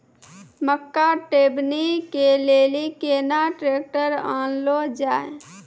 मक्का टेबनी के लेली केना ट्रैक्टर ओनल जाय?